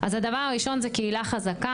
אז הדבר הראשון זה קהילה חזקה,